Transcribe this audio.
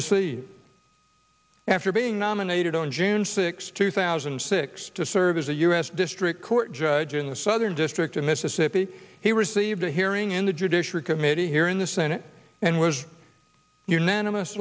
receive after being nominated on june sixth two thousand and six to serve as a u s district court judge in the southern district of mississippi he received a hearing in the judiciary committee here in the senate and was unanimous